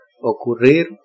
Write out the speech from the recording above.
Ocurrir